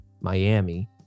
Miami